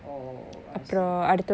oh I see